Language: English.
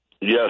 Yes